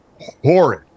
horrid